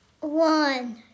One